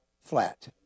flat